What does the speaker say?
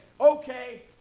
okay